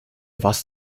warst